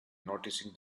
noticing